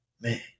man